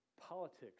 politics